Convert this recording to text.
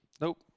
nope